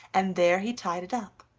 and there he tied it up.